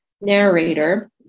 narrator